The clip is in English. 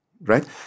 right